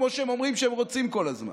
כמו שהם אומרים שהם רוצים כל הזמן.